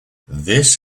this